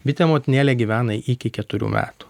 bitė motinėlė gyvena iki keturių metų